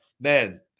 man